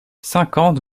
cinquante